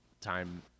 time